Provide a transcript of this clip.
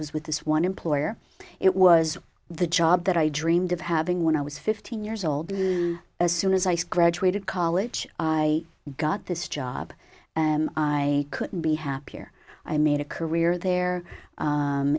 was with this one employer it was the job that i dreamed of having when i was fifteen years old as soon as i said graduated college i got this job and i couldn't be happier i made a career there